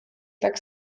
tak